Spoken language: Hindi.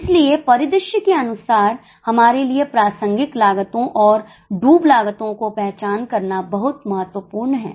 इसलिए परिदृश्य के अनुसार हमारे लिए प्रासंगिक लागतों और डूब लागतों की पहचान करना बहुत महत्वपूर्ण है